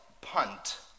punt